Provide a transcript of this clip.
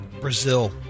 Brazil